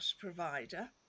provider